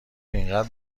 اینقدر